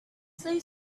they